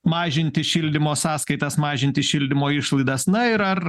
mažinti šildymo sąskaitas mažinti šildymo išlaidas na ir ar